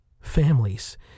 families